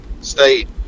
state